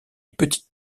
petites